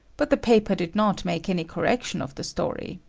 but the paper did not make any correction of the story.